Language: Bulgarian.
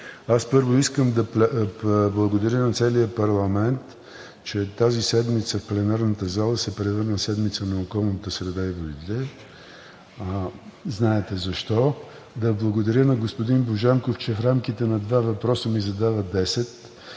първо, искам да благодаря на целия парламент, че тази седмица пленарната зала се превърна в седмица на околната среда и водите. Знаете защо. Да благодаря на господин Божанков, че в рамките на два въпроса ми задава